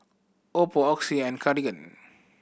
oppo Oxy and Cartigain